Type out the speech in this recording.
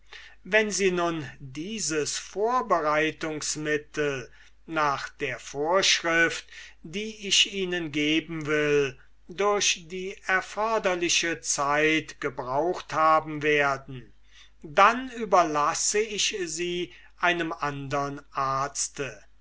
wenn sie nun dieses vorbereitungsmittel nach der vorschrift die ich ihnen geben will durch die erforderliche zeit gebraucht haben werden dann überlasse ich sie einem andern arzte